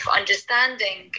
understanding